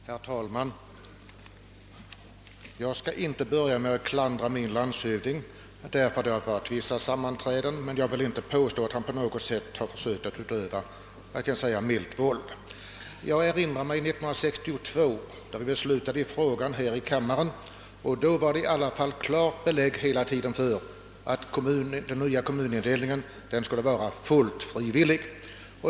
Herr talman! Jag skall inte börja med att klandra min landshövding därför att det varit vissa sammanträden; jag vill inte påstå att han därvid på något sätt försökt utöva milt »våld». År 1962, då vi beslutade i frågan här i kammaren, fanns det hela tiden klart belägg för att den nya kommunindelningen skulle vara fullt frivillig.